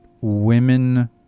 women